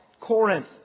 Corinth